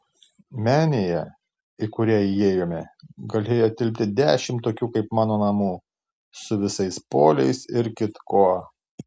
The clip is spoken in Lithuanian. menėje į kurią įėjome galėjo tilpti dešimt tokių kaip mano namų su visais poliais ir kitkuo